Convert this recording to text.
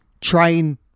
train